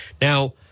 Now